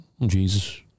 Jesus